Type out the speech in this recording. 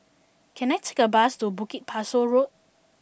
can I take a bus to Bukit Pasoh Road